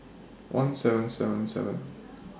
one seven seven seven